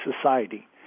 society